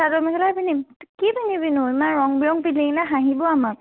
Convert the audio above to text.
চাদৰ মেখেলাই পিন্ধিম কি কিন্ধিবিনো ইমান ৰঙ বিৰঙ পিন্ধি থাকিলে হাঁহিব আমাক